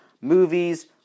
movies